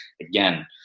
again